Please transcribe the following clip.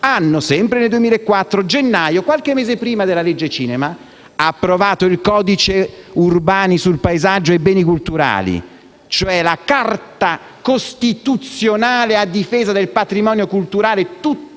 sempre nel 2004, ma a gennaio, qualche mese prima della legge cinema, i barbari hanno approvato il codice Urbani sul paesaggio e i beni culturali. Cioè la Carta costituzionale, a difesa del patrimonio culturale tutt'ora